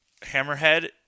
Hammerhead